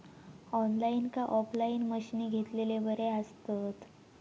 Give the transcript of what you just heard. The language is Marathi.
ऑनलाईन काय ऑफलाईन मशीनी घेतलेले बरे आसतात?